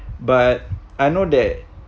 but I know that